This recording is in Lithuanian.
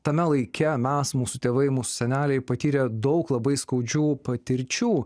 tame laike mes mūsų tėvai mūsų seneliai patyrė daug labai skaudžių patirčių